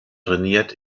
trainiert